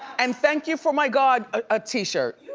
and thank you for my god ah t-shirt. you